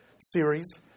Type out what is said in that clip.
series